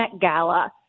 Gala